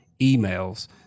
emails